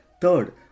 Third